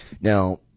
Now